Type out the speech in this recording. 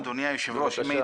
אדוני היושב ראש,